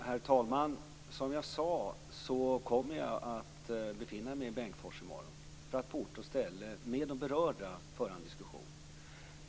Herr talman! Som jag sade tidigare kommer jag att befinna mig i Bengtsfors i morgon för att på ort och ställe med de berörda föra en diskussion.